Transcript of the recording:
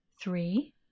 Three